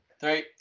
three